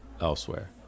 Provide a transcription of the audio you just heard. elsewhere